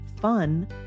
fun